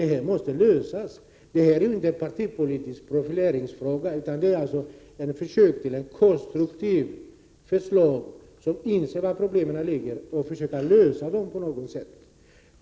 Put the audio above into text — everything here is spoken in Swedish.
Detta måste lösas. Det gäller ju inte en partipolitisk profileringsfråga utan ett försök att komma med konstruktiva förslag. När man inser var problemen ligger måste man försöka lösa dem på något sätt.